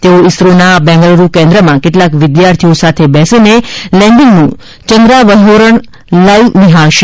તેઓ ઇસરોના બેંગ્લુરૂ કેન્દ્રમાં કેટલાંક વિદ્યાર્થી સાથે બેસીને લેન્ડિંગનું ચંદ્રાવહોરણ લાઈવ નિહાળશે